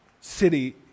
city